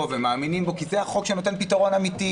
ומאמינים בו כי זה החוק שנותן פתרון אמיתי,